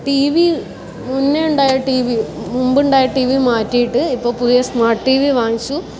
T V മുന്നേ ഉണ്ടായ T V മുമ്പുണ്ടായ ടി വി മാറ്റിയിട്ട് ഇപ്പോൾ പുതിയ സ്മാർട്ട് ടി വി വാങ്ങിച്ചു